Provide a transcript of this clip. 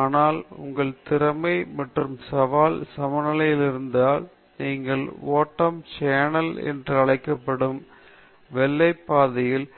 ஆனால் உங்கள் திறமை மற்றும் சவால் சமநிலை இருந்தால் நீங்கள் ஓட்டம் சேனல் என்று அழைக்கப்படும் வெள்ளை பாதையில்